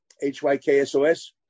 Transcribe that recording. H-Y-K-S-O-S